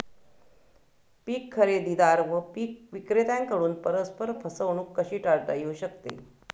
पीक खरेदीदार व पीक विक्रेत्यांकडून परस्पर फसवणूक कशी टाळता येऊ शकते?